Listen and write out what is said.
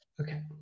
Okay